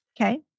Okay